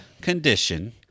condition